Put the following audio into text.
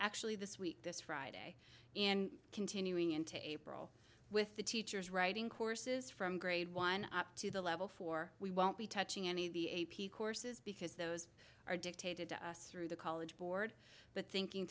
actually this week this friday and continuing into april with the teachers writing courses from grade one up to the level four we won't be touching any of the a p courses because those are dictated to us through the college board but thinking